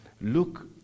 look